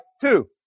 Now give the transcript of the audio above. two